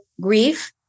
grief